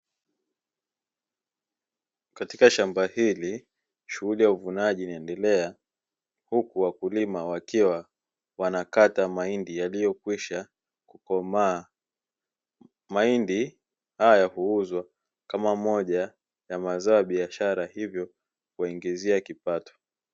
Katika shamba hili shughuli ya uvunaji inaendelea huku wakulima wakiwa wanakata mahindi yaliyokwisha kukomaa, mahindi haya huuzwa kama moja ya mazao ya biashara hivyo huwaingizia kipato.